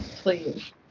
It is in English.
Please